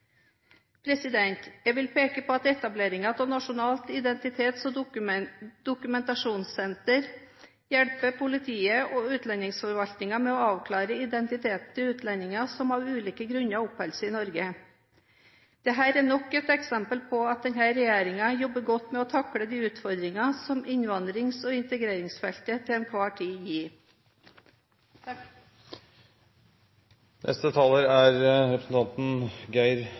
Jeg vil peke på at etableringen av Nasjonalt identitets- og dokumentasjonssenter hjelper politiet og utlendingsforvaltningen med å avklare identiteten til utlendinger som av ulike grunner oppholder seg i Norge. Dette er nok et eksempel på at denne regjeringen jobber godt med å takle de utfordringene som innvandrings- og integreringsfeltet til enhver tid gir. La meg først slå fast at når det gjelder asyl- og integreringspolitikken i Norge, så er